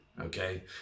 okay